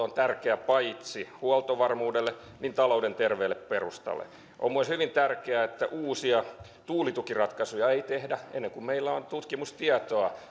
on tärkeää paitsi huoltovarmuudelle myös talouden terveelle perustalle on myös hyvin tärkeää että uusia tuulitukiratkaisuja ei tehdä ennen kuin meillä on tutkimustietoa